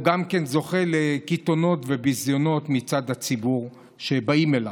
הוא זוכה לקיתונות וביזיונות מצד הציבור שבא אליו.